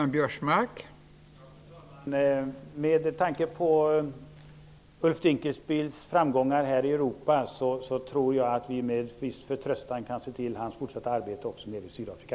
Fru talman! Med tanke på Ulf Dinkelspiels framgångar i Europa tror jag att vi med viss förtröstan kan se hans fortsatta arbete an också nere i Sydafrika.